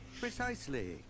Precisely